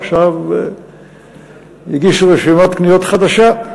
עכשיו הגישו רשימת קניות חדשה.